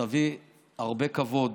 ותביא הרבה כבוד